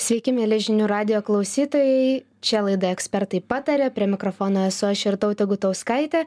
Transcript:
sveiki mieli žinių radijo klausytojai čia laida ekspertai pataria prie mikrofono esu aš irtautė gutauskaitė